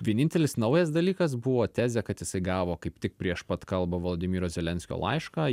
vienintelis naujas dalykas buvo tezė kad jisai gavo kaip tik prieš pat kalbą volodymyro zelenskio laišką